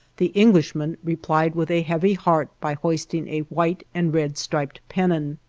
the englishman replied with a heavy heart by hoisting a white and red striped pennon,